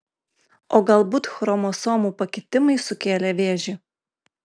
o galbūt chromosomų pakitimai sukėlė vėžį